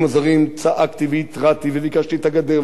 הזרים צעקתי והתרעתי וביקשתי את הגדר,